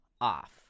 off